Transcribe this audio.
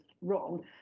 wrong